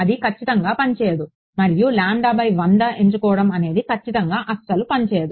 అది ఖచ్చితంగా పని చేయదు మరియు ఎంచుకోవడం అనేది ఖచ్చితంగా అస్సలు పని చేయదు